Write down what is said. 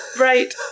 Right